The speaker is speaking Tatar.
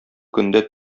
көндә